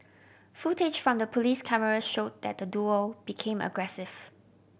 footage from the police cameras showed that the duo became aggressive